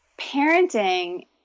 parenting